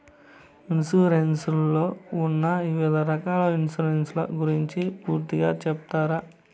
Insurance లో ఉన్న వివిధ రకాల ఇన్సూరెన్సు ల గురించి పూర్తిగా సెప్తారా?